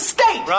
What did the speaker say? State